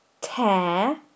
tear